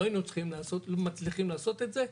לא היינו מצליחים לעשות את זה.